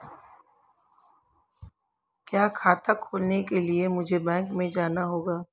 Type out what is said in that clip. क्या खाता खोलने के लिए मुझे बैंक में जाना होगा?